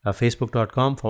facebook.com